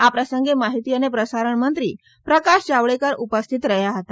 આ પ્રસંગે માહિતી અને પ્રસારણ મંત્રી પ્રકાશ જાવડેકર ઉપસ્થિત રહ્યા હતા